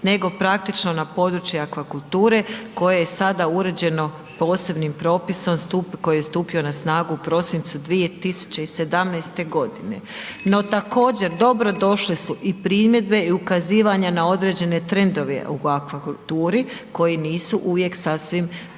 nego praktično na područje akvakulture koje je sada uređeno posebnim propisom koji je stupio na snagu u prosincu 2017. g., no također dobrodošle su i primjedbe i ukazivanja na određene trendove u akvakulturi koji nisu uvijek sasvim